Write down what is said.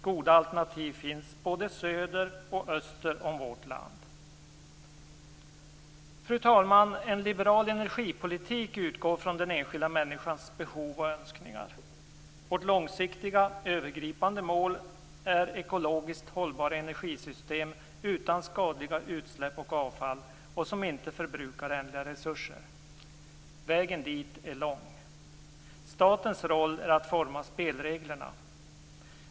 Goda alternativ finns både söder och öster om vårt land. Fru talman! En liberal energipolitik utgår från den enskilda människans behov och önskningar. Vårt långsiktiga övergripande mål är ekologiskt hållbara energisystem som inte ger skadliga utsläpp och avfall och som inte förbrukar ändliga resurser. Vägen dit är lång. Statens roll är att forma spelreglerna.